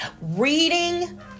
reading